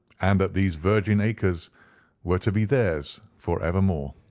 and that these virgin acres were to be theirs for evermore.